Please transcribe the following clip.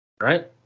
right